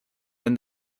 than